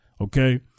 Okay